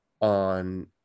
on